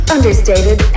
Understated